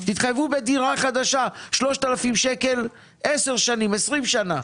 תתחייבו בדירה חדשה, 3,000 שקל, עשר שנים, 20 שנה.